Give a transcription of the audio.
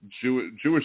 Jewish